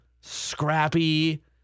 scrappy